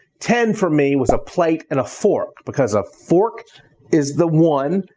ten for me was a plate and a fork, because a fork is the one,